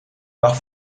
dag